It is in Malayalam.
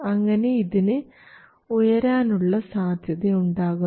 അങ്ങനെ ഇതിന് ഉയരാനുള്ള സാധ്യത ഉണ്ടാകുന്നു